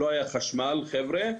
לא היה חשמל חבר'ה.